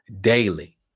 daily